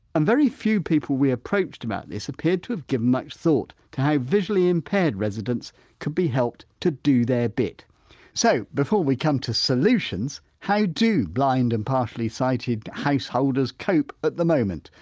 and very few people we approached about this appeared to have given much thought to how visually impaired residents could be helped to do their bit so, before we come to solutions, how do blind and partially sighted householders cope at the moment?